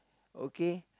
okay